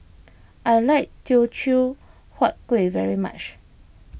I like Teochew Huat Kuih very much